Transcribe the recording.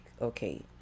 okay